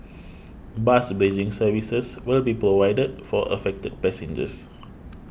bus bridging services will be provided for affected passengers